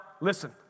listen